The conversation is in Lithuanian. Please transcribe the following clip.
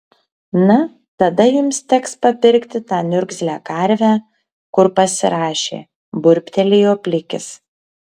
na tada jums teks papirkti tą niurgzlę karvę kur pasirašė burbtelėjo plikis